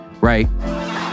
right